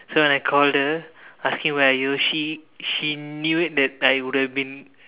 so when I called her asking where are you she she knew it that I would have been